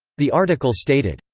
the article stated,